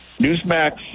Newsmax